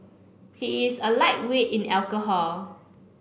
he is a lightweight in alcohol